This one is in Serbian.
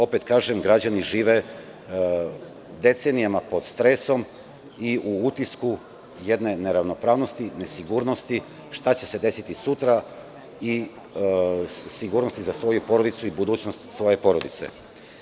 Opet kažem, građani žive decenijama pod stresom i u utisku jedne neravnopravnosti, nesigurnosti šta će se desiti sutra i sigurnosti za svoju porodicu i budućnost svoje porodice.